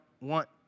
want